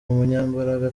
umunyembaraga